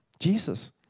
Jesus